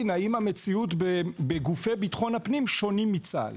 האם המציאות בגופי ביטחון הפנים שונים מצה"ל.